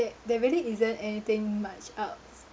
there really isn't anything much out